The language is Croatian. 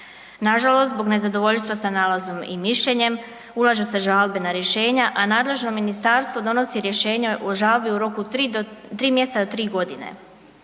Nažalost, zbog nezadovoljstva sa nalazom i mišljenje, ulažu se žalbe na rješenja, a nadležno ministarstvo donosi rješenja o žalbi o roku od 3 mj. do 3 godine.